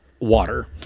water